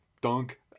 dunk